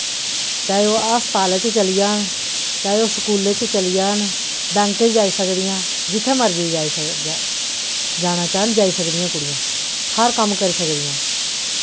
चाहे ओह् अस्तालें च चली जान चाहे ओह् स्कूलें च चली जान बैंक च जाई सकदियां जित्थै मर्जी जाई ज जाना चाह्न जाई सकदियां कुड़ियां हर कम्म करी सकदियां